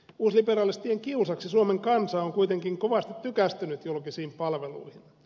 uusliberalistien kiusaksi suomen kansa on kuitenkin kovasti tykästynyt julkisiin palveluihin